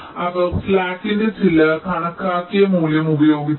അതിനാൽ അവർ സ്ലാക്കിന്റെ ചില കണക്കാക്കിയ മൂല്യം ഉപയോഗിച്ചു